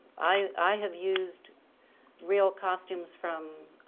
i have used real costumes from